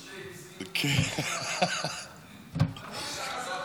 שתי עיזים --- האיש החזק בליכוד.